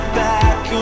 back